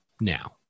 now